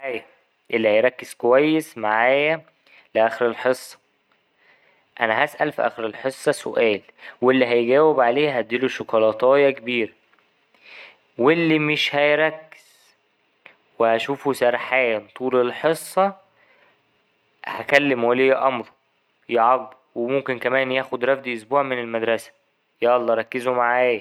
معايا اللي هيركز كويس معايا لآخر الحصة أنا هسأل في آخر الحصة سؤال واللي هيجاوب عليه هديله شيكولاتايه كبيرة، واللي مش هيركز وهشوفه سرحان طول الحصة هكلم ولي أمره يعاقبه وممكن كمان ياخد رفد أسبوع من المدرسة، يلا ركزوا معايا.